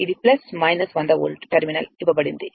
ఇది 100 volt terminal ఇవ్వబడింది